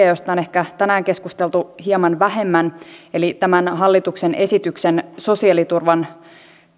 josta on ehkä tänään keskusteltu hieman vähemmän eli tämän hallituksen esityksen sosiaaliturvan